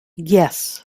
yes